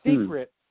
secret